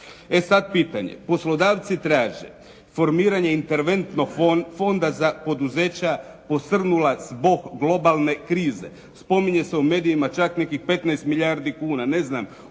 E sad pitanje. Poslodavci traže formiranje interventnog fonda za poduzeća posrnula zbog globalne krize. Spominje se u medijima čak nekih 15 milijardi kuna. Ne znam